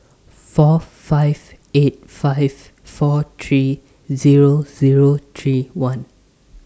four five eight five four three Zero Zero three one